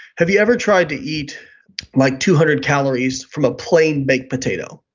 have you ever tried to eat like two hundred calories from a plain baked potato,